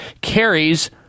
carries